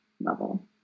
level